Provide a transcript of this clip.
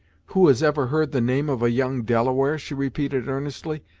who has ever heard the name of a young delaware? she repeated earnestly.